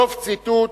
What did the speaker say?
סוף ציטוט.